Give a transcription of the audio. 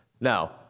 Now